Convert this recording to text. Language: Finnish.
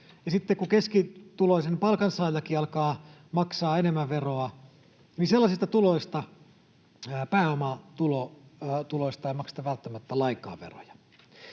sitten kun keskituloinen palkansaajakin alkaa maksaa enemmän veroa, niin sellaisista tuloista, pääomatuloista ei makseta välttämättä lainkaan veroja.